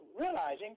realizing